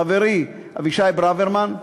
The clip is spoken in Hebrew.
חברי אבישי ברוורמן,